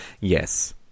Yes